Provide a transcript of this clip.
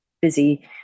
busy